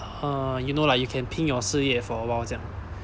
err you know like you can 凭 your 事业 for awhile 这样